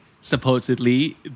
supposedly